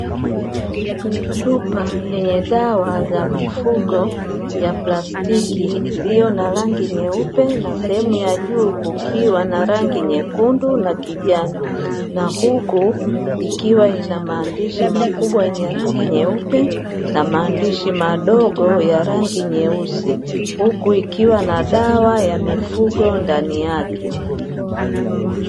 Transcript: Chupa yenye dawa za mifugo ya plastiki iliyo na rangi nyeupe, na sehemu ya juu ikiwa na rangi nyekundu na kijani, na huku kukiwa na maandishi makubwa yenye rangi nyeupe na maandishi madogo ya rangi nyeusi huku ikiwa na dawa ya mifugo ndani yake.